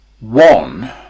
one